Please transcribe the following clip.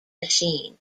machine